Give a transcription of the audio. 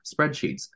spreadsheets